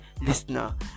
listener